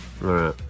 right